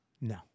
No